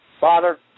Father